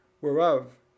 Whereof